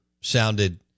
sounded